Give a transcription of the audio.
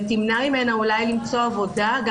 כמדומני זה מרכז רקמן ותנועת נעמ"ת.